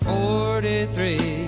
Forty-three